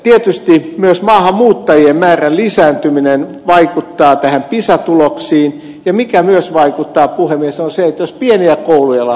tietysti myös maahanmuuttajien määrän lisääntyminen vaikuttaa näihin pisa tuloksiin ja mikä myös vaikuttaa puhemies on se jos pieniä kouluja lakkautetaan